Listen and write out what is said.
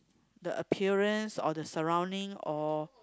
the appearance or the surrounding or